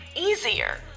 easier